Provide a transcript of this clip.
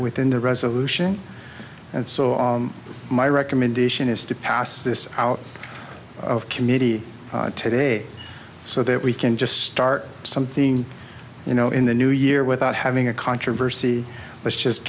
within the resolution and so my recommendation is to pass this out of committee today so that we can just start something you know in the new year without having a controversy let's just